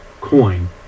coin